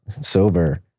sober